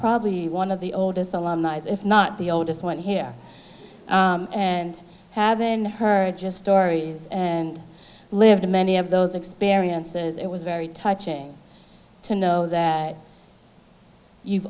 probably one of the oldest on the eyes if not the oldest one here and haven't heard just stories and lived in many of those experiences it was very touching to know that you